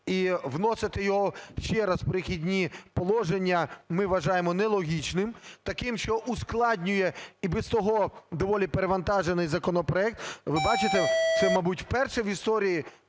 і вносити його ще раз в "Перехідні положення" ми вважаємо нелогічним, таким, що ускладнює і без того доволі перевантажений законопроект. Ви бачите, це, мабуть, вперше в історії